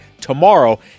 tomorrow